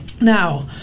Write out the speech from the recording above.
Now